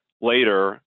later